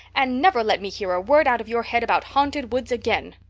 and never let me hear a word out of your head about haunted woods again.